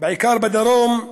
בעיקר בדרום,